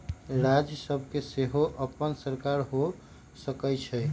राज्य सभ के सेहो अप्पन सरकार हो सकइ छइ